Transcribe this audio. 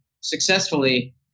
successfully